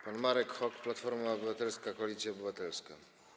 Pan Marek Hok, Platforma Obywatelska - Koalicja Obywatelska.